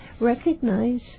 recognize